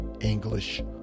English